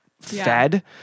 fed